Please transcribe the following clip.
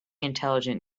intelligent